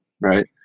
right